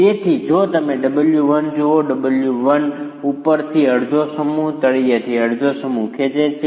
તેથી જો તમે W1 જુઓ W1 ઉપરથી અડધો સમૂહ અને તળિયેથી અડધો સમૂહ ખેંચે છે